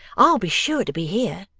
i'll be sure to be here